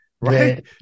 Right